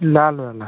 लाल वाला